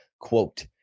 Quote